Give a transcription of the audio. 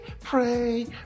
pray